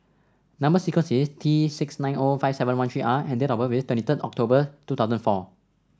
number sequence is T six nine O five seven one three R and date of birth is twenty third October two thosuand four